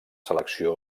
selecció